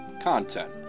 content